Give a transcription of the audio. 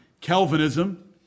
Calvinism